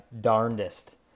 darndest